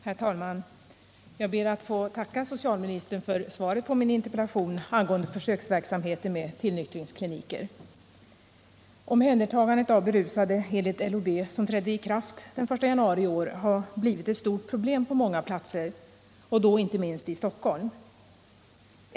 Herr talman! Jag ber att få tacka socialministern för svaret på min interpellation angående försöksverksamheten med tillnyktringskliniker. Omhändertagandet av berusade enligt LOB, som trädde i kraft den 1 januari i år, har blivit ett stort problem på många platser och då inte minst i Stockholm.